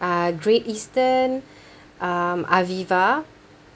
uh great eastern um aviva